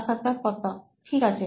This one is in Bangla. সাক্ষাৎকারকর্তা ঠিক আছে